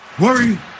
Worry